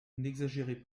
n’exagérez